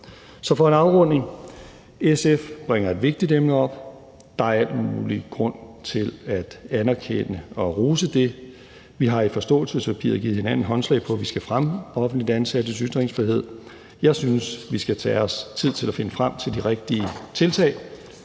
Så for en afrunding vil jeg sige, at SF bringer et vigtigt emne op, og der er al mulig grund til at anerkende og rose det. Vi har i forståelsespapiret givet hinanden håndslag på, at vi skal fremme offentligt ansattes ytringsfrihed. Jeg synes, vi skal tage os tid til at finde frem til de rigtige tiltag,